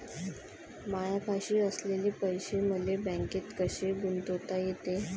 मायापाशी असलेले पैसे मले बँकेत कसे गुंतोता येते?